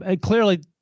clearly